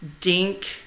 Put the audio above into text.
dink